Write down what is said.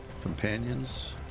companions